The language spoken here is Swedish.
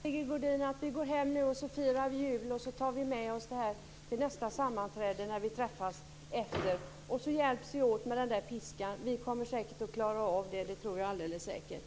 Fru talman! Kan vi inte enas om att vi först firar jul för att ta med oss frågan till nästa sammanträde efter helgerna? På det sättet kan vi hjälpas åt med "piskan". Jag är helt säker på att vi klarar av det.